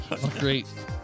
Great